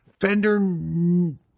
Fender